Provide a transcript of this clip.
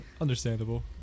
Understandable